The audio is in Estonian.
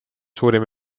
suurim